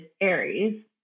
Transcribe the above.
Aries